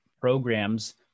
programs